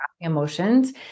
emotions